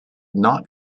not